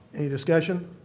any discussion?